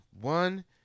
One